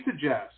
suggest